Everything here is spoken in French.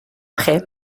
près